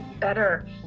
better